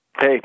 Hey